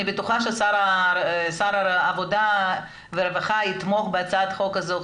אני בטוחה ששר העבודה והרווחה יתמוך בהצעת החוק הזאת.